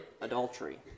adultery